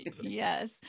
Yes